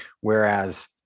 whereas